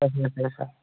اچھا اچھا اچھا